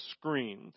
screen